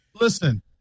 listen